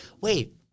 wait